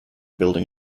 building